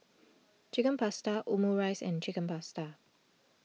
Chicken Pasta Omurice and Chicken Pasta